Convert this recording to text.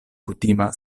kutima